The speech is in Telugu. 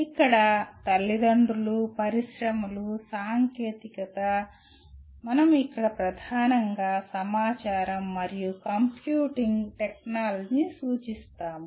ఇక్కడ తల్లిదండ్రులు పరిశ్రమలు ఇక్కడ సాంకేతికత మనం ప్రధానంగా సమాచారం మరియు కంప్యూటింగ్ టెక్నాలజీని సూచిస్తాము